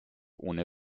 ohne